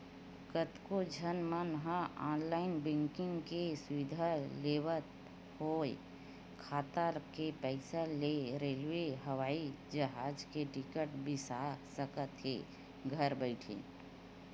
कतको झन मन ह ऑनलाईन बैंकिंग के सुबिधा लेवत होय खाता के पइसा ले रेलवे, हवई जहाज के टिकट बिसा सकत हे घर बइठे